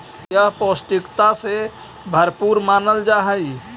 यह पौष्टिकता से भरपूर मानल जा हई